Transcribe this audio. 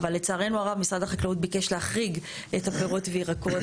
אבל לצערנו הרב משרד החקלאות ביקש להחריג את הפירות והירקות.